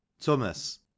Thomas